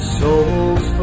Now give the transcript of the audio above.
souls